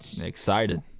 excited